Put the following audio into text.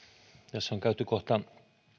tässä on käyty kohta